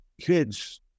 kids